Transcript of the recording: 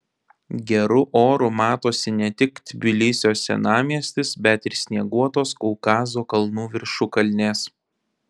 geru oru matosi ne tik tbilisio senamiestis bet ir snieguotos kaukazo kalnų viršukalnės